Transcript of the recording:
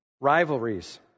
Rivalries